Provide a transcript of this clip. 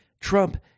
Trump